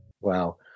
Wow